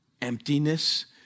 emptiness